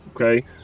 okay